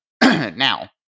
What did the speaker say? Now